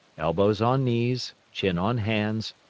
elbows on knees, chin on hands,